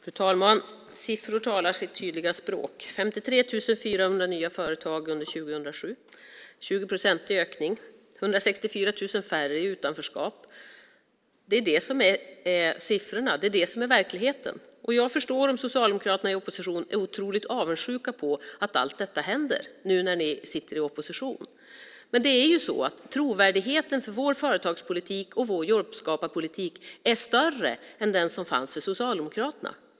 Fru talman! Siffror talar sitt tydliga språk. 53 400 nya företag startades under 2007. Det är en 20-procentig ökning. 164 000 färre är i utanförskap. Det är siffrorna, det är verkligheten. Jag förstår om Socialdemokraterna är otroligt avundsjuka på att allt detta händer när ni sitter i opposition. Trovärdigheten för vår företagspolitik och jobbskaparpolitik är större än den som fanns för Socialdemokraternas.